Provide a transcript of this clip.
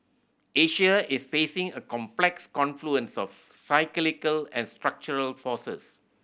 Asia is facing a complex confluence of cyclical and structural forces